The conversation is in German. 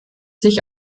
sich